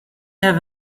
have